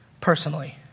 personally